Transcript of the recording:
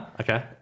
Okay